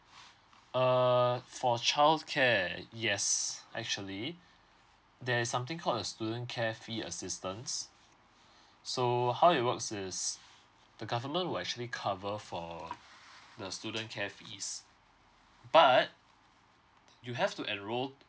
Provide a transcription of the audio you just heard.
uh for childcare yes actually there's something called a student care fee assistance so how it works is the government will actually cover for the student care fees but you have to enroll